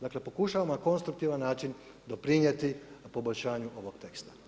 Dakle pokušavamo na konstruktivan način doprinijeti poboljšanju ovog teksta.